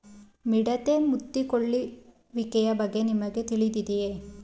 ಮಿಡತೆ ಮುತ್ತಿಕೊಳ್ಳುವಿಕೆಯ ಬಗ್ಗೆ ನಿಮಗೆ ತಿಳಿದಿದೆಯೇ?